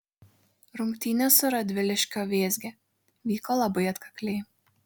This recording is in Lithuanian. rungtynės su radviliškio vėzge vyko labai atkakliai